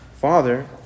Father